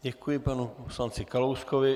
Děkuji panu poslanci Kalouskovi.